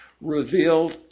revealed